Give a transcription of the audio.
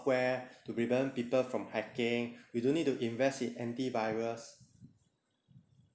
to prevent people from hacking we don't need to invest it anti-virus